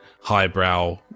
highbrow